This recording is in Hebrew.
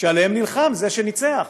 שעליהם נלחם זה שניצח.